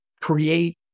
create